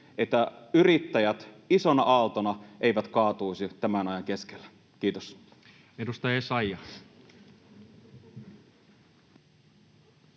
että yrittäjät isona aaltona kaatuvat tämän ajan keskellä. — Kiitos. [Speech 186]